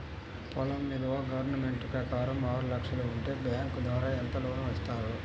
పొలం విలువ గవర్నమెంట్ ప్రకారం ఆరు లక్షలు ఉంటే బ్యాంకు ద్వారా ఎంత లోన్ ఇస్తారు?